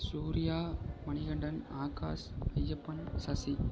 Surya Manikandan Akash Ayyappan Sasi